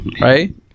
right